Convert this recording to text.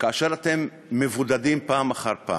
כאשר אתם מבוּדדים פעם אחר פעם,